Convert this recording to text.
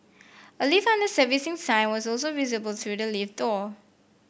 a lift under servicing sign was also visible through the lift door